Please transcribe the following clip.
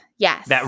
Yes